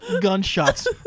gunshots